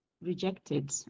rejected